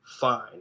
Fine